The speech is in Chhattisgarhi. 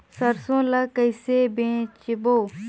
सरसो ला कइसे बेचबो?